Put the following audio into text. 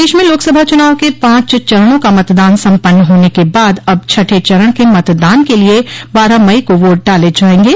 प्रदेश में लोकसभा चुनाव के पांच चरणों का मतदान सम्पन्न होने के बाद अब छठें चरण के मतदान के लिये बारइ मई को वोट डाले जायेंगे